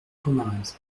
pomarez